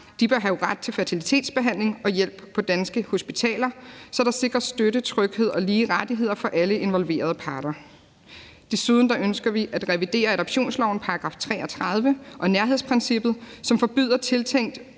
par bør have ret til fertilitetsbehandling og hjælp på danske hospitaler, så der sikres støtte, tryghed og lige rettigheder for alle involverede parter. Desuden ønsker vi at revidere adoptionslovens § 33 og nærhedsprincippet, som forbyder tiltænkte